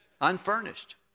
unfurnished